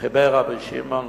שחיבר על רבי שמעון